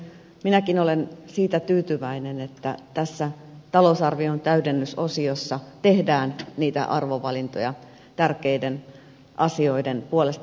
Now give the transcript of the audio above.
minäkin olen tyytyväinen että tässä talousarvion täydennysosiossa tehdään niitä arvovalintoja tärkeiden asioiden puolesta